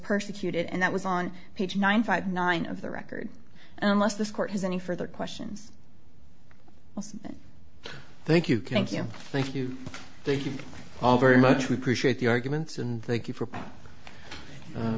persecuted and that was on page nine five nine of the record unless this court has any further questions thank you thank you thank you thank you very much we appreciate the arguments and thank you for